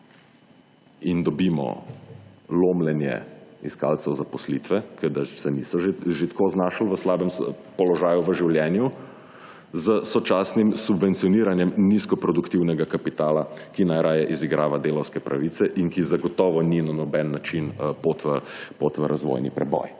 In dobimo lomljenje iskalcev zaposlitve, kot da se že niso tako znašli v slabem položaju v življenju, s sočasnim subvencioniranjem nizko produktivnega kapitala, ki najraje izigrava delavske pravice in ki zagotovo ni na noben način pot v razvojni preboj.